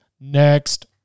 Next